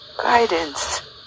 guidance